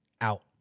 out